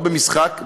לא במשחק,